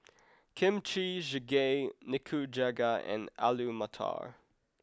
Kimchi Jjigae Nikujaga and Alu Matar